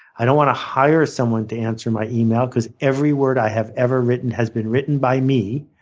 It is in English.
i don't want to hire someone to answer my email because every word i have ever written has been written by me.